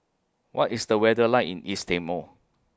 What IS The weather like in East Timor